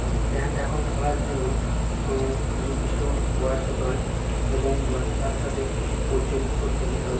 bank account খোলার জন্য নির্দিষ্ট বয়স হতে হয় এবং বয়সের সাথে সাথে কিছু পরিচয়পত্র দিতে হয়